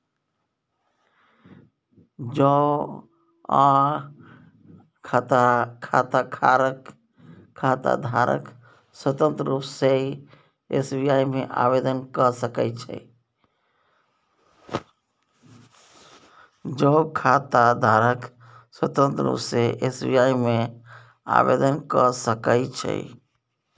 जौंआँ खाताधारक स्वतंत्र रुप सँ एस.बी.आइ मे आवेदन क सकै छै